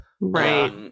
Right